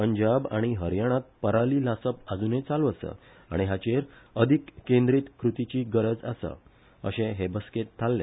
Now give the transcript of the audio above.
पंजाब आनी हरयाणात पराली लासप आजुनय चालु आसा आनी हाचेर अधिक केंद्रीत कृतीची गरज आसा अशें हे बसकेंत थारले